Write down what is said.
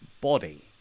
body